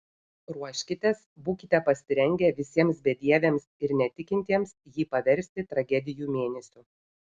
ruoškitės būkite pasirengę visiems bedieviams ir netikintiems jį paversti tragedijų mėnesiu